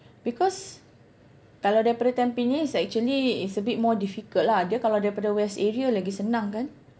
because kalau daripada Tampines actually it's a bit more difficult lah dia kalau daripada west area lagi senang kan